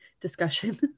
discussion